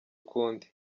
ukundi